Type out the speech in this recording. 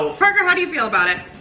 so parker, how do you feel about it?